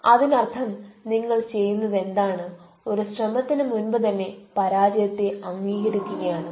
അതിനർത്ഥം നിങ്ങൾ ചെയ്യുന്നതെന്താണ് ഒരു ശ്രമത്തിന് മുൻപ് തന്നെ പരാജയത്തെ അംഗീകരിക്കുക ആണ്